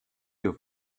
your